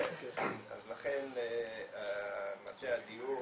אז לכן מטה הדיור